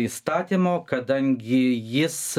įstatymo kadangi jis